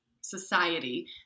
society